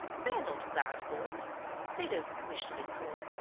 they are not bad boys they don't wish to be cruel.